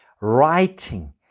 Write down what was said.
writing